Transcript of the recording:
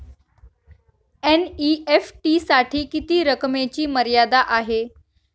NEFT साठी किती रकमेची मर्यादा आहे?